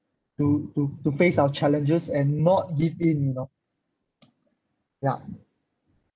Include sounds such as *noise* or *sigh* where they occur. to to to face our challenges and not give in you know *noise* ya